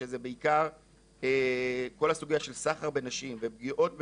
שזה בעיקר כל הסוגייה של סחר בנשים ופגיעות בנשים,